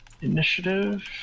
initiative